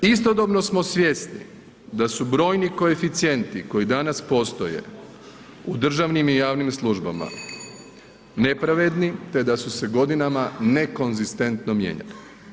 Istodobno smo svjesni da su brojni koeficijenti koji danas postoje u državnim i javnim službama nepravedni te da su se godinama nekonzistentno mijenjali.